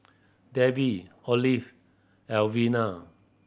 Debi Olive Alvena